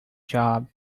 job